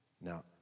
Now